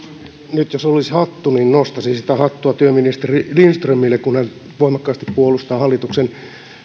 nyt jos olisi hattu niin nostaisin sitä hattua työministeri lindströmille kun hän voimakkaasti puolustaa hallituksen